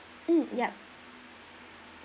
mm yup